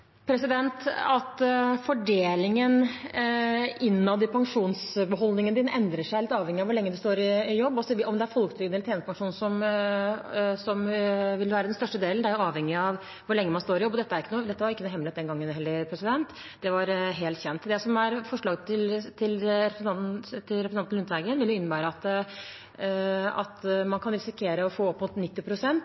Fordelingen innad i pensjonsbeholdningen endrer seg, litt avhengig av hvor lenge man står i jobb. Om det er folketrygden eller tjenestepensjonen som vil være den største delen, er avhengig av hvor lenge man står i jobb. Dette var ikke noen hemmelighet den gangen heller, det var helt kjent. Forslaget til representanten Lundteigen vil jo innebære at man kan risikere å få opp mot